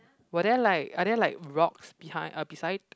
were there like are there like rocks behind uh beside